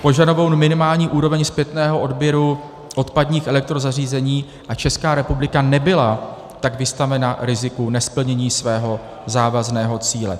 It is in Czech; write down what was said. Požadovanou minimální úroveň zpětného odběru odpadních elektrozařízení, a Česká republika nebyla tak vystavena riziku nesplnění svého závazného cíle.